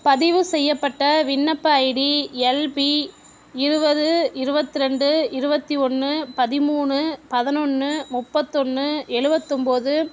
பதிவு செய்யப்பட்ட விண்ணப்ப ஐடி எல்பி இருபது இருபத்தி ரெண்டு இருபத்தி ஒன்று பதிமூணு பதினொன்று முப்பத்தொன்று எழுவத்தொம்போது